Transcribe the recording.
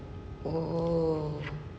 oh